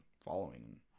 following